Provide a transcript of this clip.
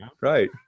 right